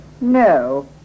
No